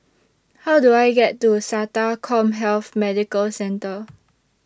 How Do I get to Sata Commhealth Medical Centre